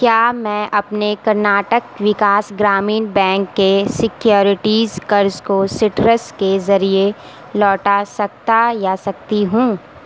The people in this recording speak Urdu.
کیا میں اپنے کرناٹک وکاس گرامین بینک کے سیکیورٹیز قرض کو سٹرس کے ذریعے لوٹا سکتا یا سکتی ہوں